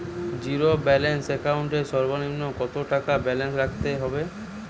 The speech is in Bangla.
জীরো ব্যালেন্স একাউন্ট এর সর্বনিম্ন কত টাকা ব্যালেন্স রাখতে হবে?